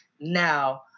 Now